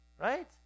right